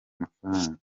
amafaranga